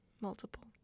multiple